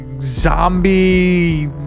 zombie